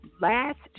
last